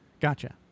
Gotcha